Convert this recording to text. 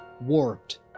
warped